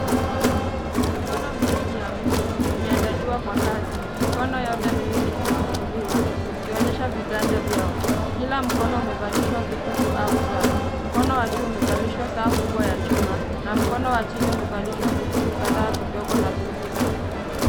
Mikono miwili ya mtu imeandaliwa kwa kazi. Mikono yote miwili imefunguliwa ikionyesha viganja vyao. Kila mkono umevalishwa vikuku au saa . Mkono wa juu umevalishwa saa kubwa ya chuma na mkono wa chini umevalishwa vikuku kadhaa vidogo na vikubwa.